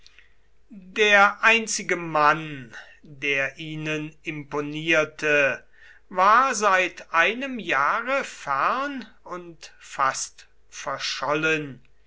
der einzige mann der ihnen imponierte war seit einem jahre fern und fast verschollen